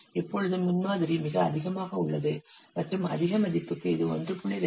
இப்பொழுது முன்மாதிரி மிக அதிகமாக உள்ளது மற்றும் அதிக மதிப்புக்கு இது 1